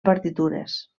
partitures